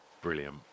Brilliant